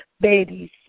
babies